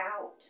out